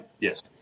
Yes